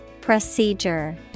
Procedure